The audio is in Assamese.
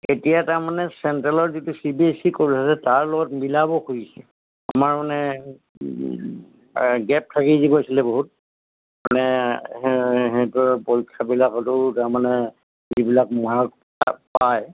এতিয়া তাৰমানে চেণ্ট্ৰেলৰ যিটো C B S C course আছে তাৰ লগত মিলাব খুজিছে আমাৰ মানে গেপ থাকি গৈছিলে বহুত মানে সিহঁতৰ পৰীক্ষাবিলাকতো তাৰমানে যিবিলাক মাৰ্ক তাত পায়